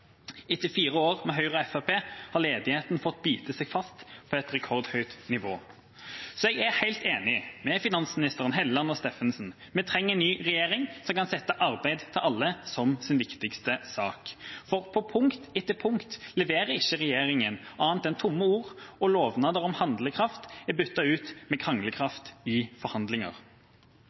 Etter fire år med Høyre og Fremskrittspartiet har ledigheten fått bite seg fast på et rekordhøyt nivå. Så jeg er helt enig med finansministeren, Helleland og Steffensen: Vi trenger en ny regjering som kan sette arbeid til alle som sin viktigste sak. For på punkt etter punkt leverer ikke regjeringa annet enn tomme ord, og lovnader om handlekraft er byttet ut med «kranglekraft» i forhandlinger.